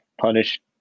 punish